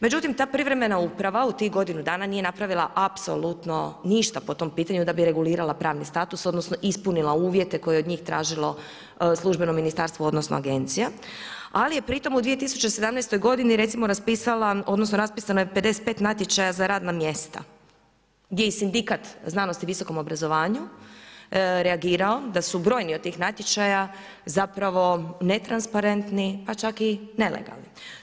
Međutim, ta privremena uprava, u tih godinu dana, nije napravila apsolutno ništa po tom pitanju da bi regulirala pravni status, odnosno, ispunila uvjete koje je od njih tražilo službeno ministarstvo, odnosno, agencija, ali je pritom u 2017. g. recimo raspisala, odnosno, raspisano je 55 natječaja za radna mjesta, gdje i sindikat znanost i visokom obrazovanju, reagiralo, da su brojni od tih natječaja, zapravo netransparentni pa čak i nelegalni.